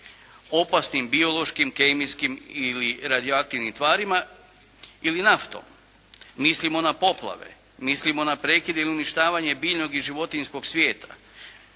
opasnim biološkim, kemijskim ili radioaktivnim tvarima ili naftom. Mislimo na poplave, mislimo na prekide i uništavanje biljnog i životinjskog svijeta.